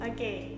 Okay